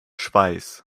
schweiß